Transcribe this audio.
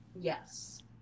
Yes